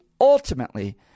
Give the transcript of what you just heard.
ultimately